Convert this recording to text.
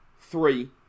three